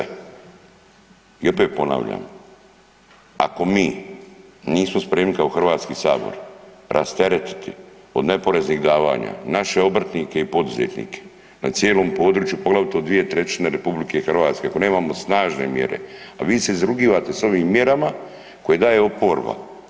I opet ponavljam ako mi nismo spremni kao Hrvatski sabor rasteretiti od neporeznih davanja naše obrtnike i poduzetnike na cijelom području poglavito 2/3 RH, ako nemamo snažne mjere, a vi se izrugivate s ovim mjerama koje daje oporba.